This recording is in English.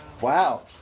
Wow